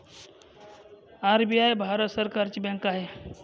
RBI Bharat सरकारची bank आहे